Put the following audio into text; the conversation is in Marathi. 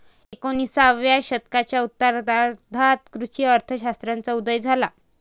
एकोणिसाव्या शतकाच्या उत्तरार्धात कृषी अर्थ शास्त्राचा उदय झाला